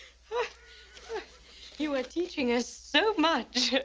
but you are teaching us so much.